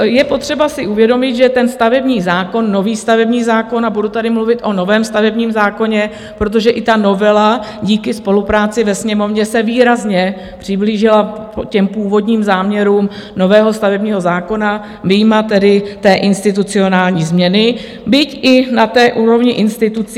Je potřeba si uvědomit, že ten stavební zákon, nový stavební zákon a budu tady mluvit o novém stavebním zákoně, protože i ta novela díky spolupráci ve Sněmovně se výrazně přiblížila původním záměrům nového stavebního zákona, vyjma tedy té institucionální změny, byť i na té úrovni institucí.